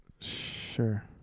Sure